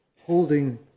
holding